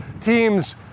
teams